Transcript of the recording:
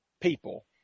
people